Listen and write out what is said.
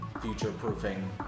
future-proofing